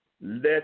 let